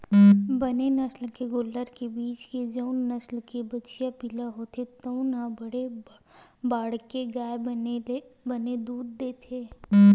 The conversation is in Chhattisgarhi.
बने नसल के गोल्लर के बीज ले जउन नसल के बछिया पिला होथे तउन ह बड़े बाड़के गाय बने ले बने दूद देथे